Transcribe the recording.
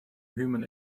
human